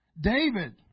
David